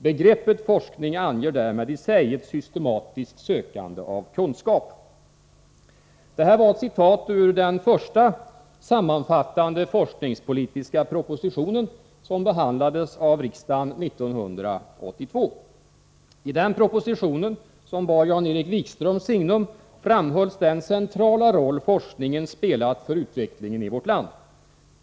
Begreppet forskning anger därmed i sig ett systematiskt sökande av kunskap.” Det här var ett citat ur den första sammanfattande forskningspolitiska propositionen, som behandlades av riksdagen 1982. I den propositionen, som bar Jan-Erik Wikströms signum, framhölls den centrala roll forskningen spelat för utvecklingen i vårt land.